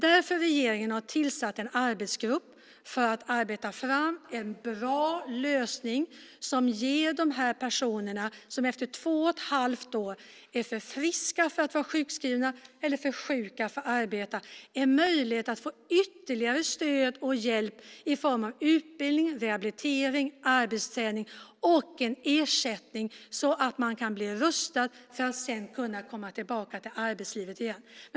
Därför har regeringen tillsatt en arbetsgrupp som ska arbeta fram en bra lösning som ger de personer som efter två och ett halvt år är för friska för att vara sjukskrivna eller för sjuka för att arbeta en möjlighet att få ytterligare stöd och hjälp i form av utbildning, rehabilitering, arbetsträning och en ersättning så att de kan vara rustade för att sedan kunna komma tillbaka till arbetslivet.